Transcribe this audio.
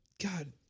god